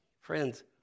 Friends